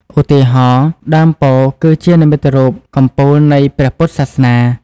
ឧទាហរណ៍ ដើមពោធិ៍គឺជានិមិត្តរូបកំពូលនៃ ព្រះពុទ្ធសាសនា។